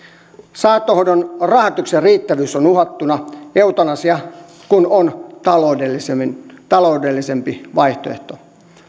saattohoidon rahoituksen riittävyys on uhattuna eutanasia kun on taloudellisempi taloudellisempi vaihtoehto